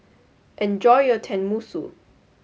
enjoy your Tenmusu